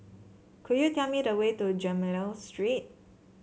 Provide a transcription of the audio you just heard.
could you tell me the way to Gemmill Lane Street